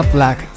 ,Black